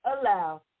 allow